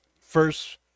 first